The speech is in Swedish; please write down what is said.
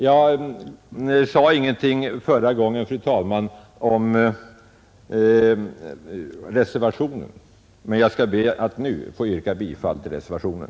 Förra gången sade jag ingenting, fru talman, om reservationen. Men jag ber nu att få yrka bifall till reservationen.